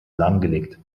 lahmgelegt